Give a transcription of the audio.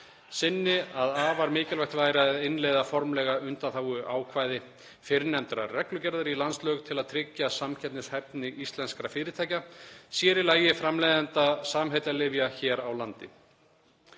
sinni að afar mikilvægt væri að innleiða formlega undanþáguákvæði fyrrnefndrar reglugerðar í landslög til að tryggja samkeppnishæfni íslenskra fyrirtækja, sér í lagi framleiðenda samheitalyfja hér á landi.